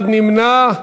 אחד נמנע.